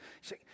See